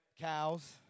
Cows